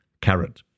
Carrot